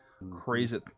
crazy